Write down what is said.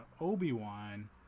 Obi-Wan